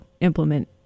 implement